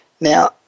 Now